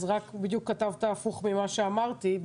אז בדיוק כתבת הפוך ממה שאמרתי.